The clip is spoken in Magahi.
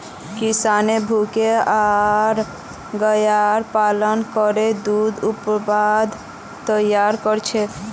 किसान भैंस आर गायर पालन करे दूध उत्पाद तैयार कर छेक